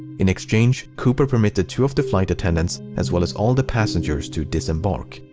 in exchange, cooper permitted two of the flight attendants as well as all the passengers to disembark.